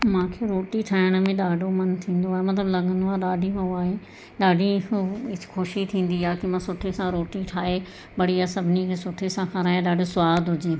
मूंखे रोटी ठाहिण में ॾाढो मनु थींदो आहे मतिलबु लॻंदो आहे ॾाढी मां उहो आहियां ॾाढी ख़ुशी थींदी आहे की मां सुठे सां रोटी ठाहे बढ़िया सभिनी खे सुठे सां खारायां ॾाढो सवादु हुजे